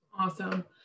Awesome